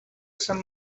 sant